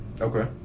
Okay